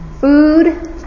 food